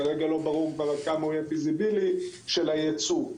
כרגע לא ברור עד כמה הוא יהיה ויזיבילי של הייצוא.